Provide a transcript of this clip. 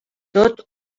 tot